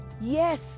Yes